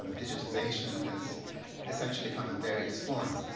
digitization has essentially come in various forms.